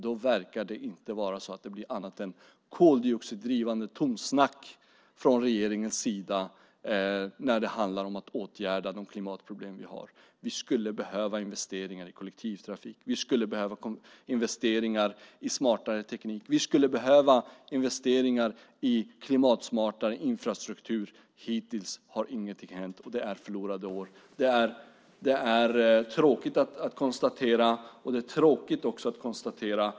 Då verkar det inte bli annat än koldioxiddrivande tomsnack från regeringens sida när det handlar om att åtgärda de klimatproblem vi har. Vi skulle behöva investeringar i kollektivtrafik. Vi skulle behöva investeringar i smartare teknik. Vi skulle behöva investeringar i klimatsmartare infrastruktur. Hittills har ingenting hänt. Det är förlorade år. Det är tråkigt att konstatera.